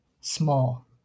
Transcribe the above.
Small